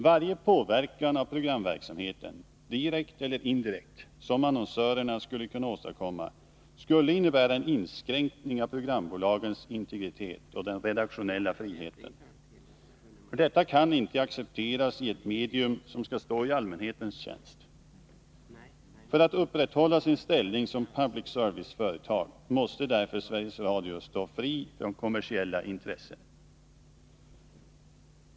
Varje påverkan av programverksamheten, direkt eller indirekt, som annonsörerna skulle kunna åstadkomma skulle innebära en kränkning av programbolagens integritet och en inskränkning av den redaktionella friheten. Detta kan inte accepteras i ett medium som skall stå i allmänhetens tjänst. För att upprätthålla sin ställning som ”public service”-företag måste Sveriges Radio därför stå fri från kommersiella intressen.